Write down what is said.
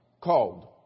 called